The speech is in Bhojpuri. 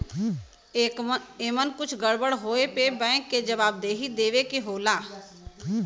एमन कुछ गड़बड़ होए पे बैंक के जवाबदेही देवे के होला